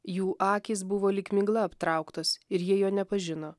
jų akys buvo lyg migla aptrauktos ir jie jo nepažino